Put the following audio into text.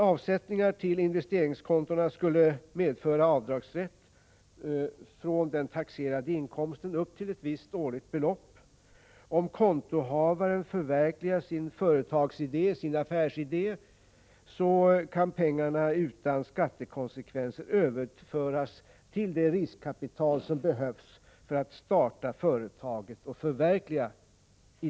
Avsättningar till investeringskontona skulle medföra rätt till avdrag till den taxerade inkomsten upp till ett visst årligt belopp. Om kontohavaren förverkligar sin företagsidé, sin affärsidé, kan pengarna utan skattekonsekvenser överföras till det riskkapital som behövs för att göra det.